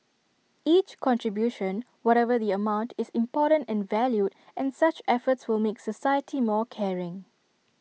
each contribution whatever the amount is important and valued and such efforts will make society more caring